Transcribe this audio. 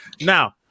now